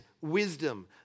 wisdom